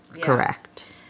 Correct